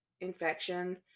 infection